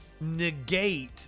negate